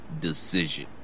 decision